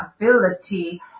ability